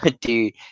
Dude